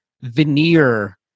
veneer